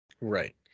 right